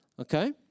okay